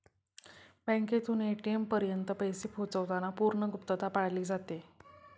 बँकेतून ए.टी.एम पर्यंत पैसे पोहोचवताना पूर्ण गुप्तता पाळली जाते